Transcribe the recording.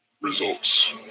results